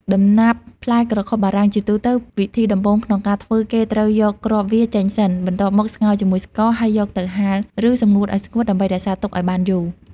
ដំណាប់ផ្លែក្រខុបបារាំង ជាទូទៅវិធីដំបូងក្នុងការធ្វើគេត្រូវយកគ្រាប់វាចេញសិន បន្ទាប់មកស្ងោរជាមួយស្ករ ហើយយកទៅហាល ឬសម្ងួតឱ្យស្ងួត ដើម្បីរក្សាទុកឱ្យបានយូរ។